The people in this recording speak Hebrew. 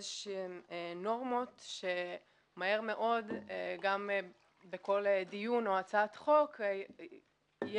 איזה שהן נורמות שמהר מאוד גם בכל דיון או הצעת חוק יהיה